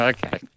Okay